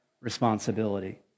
responsibility